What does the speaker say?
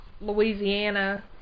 Louisiana